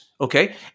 Okay